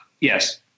yes